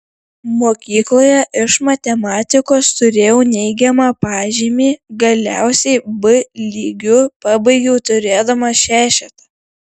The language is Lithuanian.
mokykloje iš matematikos turėjau neigiamą pažymį galiausiai b lygiu pabaigiau turėdamas šešetą